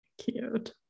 Cute